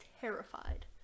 terrified